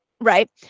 right